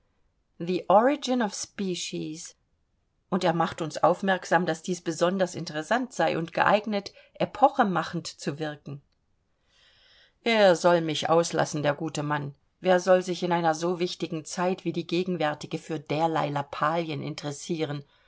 origin of species und er macht uns aufmerksam daß dies besonders interessant sei und geeignet epochemachend zu wirken er soll mich auslassen der gute mann wer soll sich in einer so wichtigen zeit wie die gegenwärtige für derlei lappalien interessieren